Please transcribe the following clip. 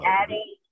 adding